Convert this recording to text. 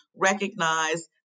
recognize